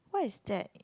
what is that